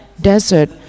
desert